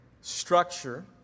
structure